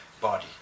body